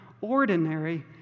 ordinary